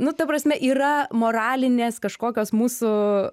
nu ta prasme yra moralinės kažkokios mūsų